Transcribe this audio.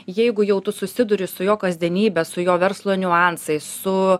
jeigu jau tu susiduri su jo kasdienybe su jo verslo niuansais su